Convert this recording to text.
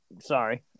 sorry